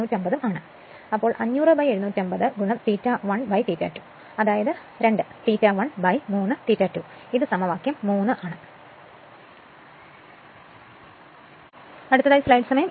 അതിനാൽ 500 750 ∅1 ∅2 അതായത് 2 ∅1 3 ∅ 2 ഇത് സമവാക്യം 3 ആണ്